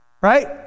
right